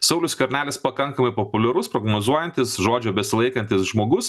saulius skvernelis pakankamai populiarus prognozuojantis žodžio besilaikantis žmogus